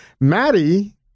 Maddie